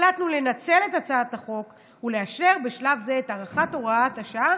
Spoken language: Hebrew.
החלטנו לנצל את הצעת החוק ולאשר בשלב זה את הארכת הוראת השעה,